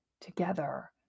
together